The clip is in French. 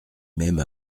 même